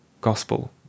Gospel